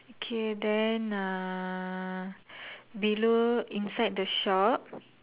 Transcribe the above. okay then ah below inside the shop